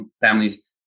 families